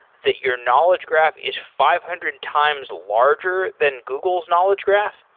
that your knowledge graph is five hundred times larger than google's knowledge graph?